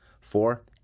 Four